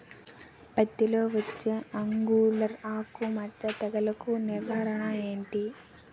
పత్తి లో వచ్చే ఆంగులర్ ఆకు మచ్చ తెగులు కు నివారణ ఎంటి?